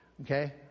Okay